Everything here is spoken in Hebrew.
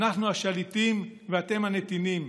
אנחנו השליטים ואתם הנתינים,